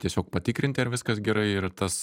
tiesiog patikrinti ar viskas gerai ir tas